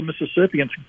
Mississippians